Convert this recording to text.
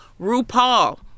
RuPaul